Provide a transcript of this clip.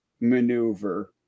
maneuver